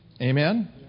Amen